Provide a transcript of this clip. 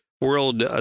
world